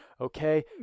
okay